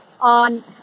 on